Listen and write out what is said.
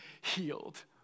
healed